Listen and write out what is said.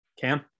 cam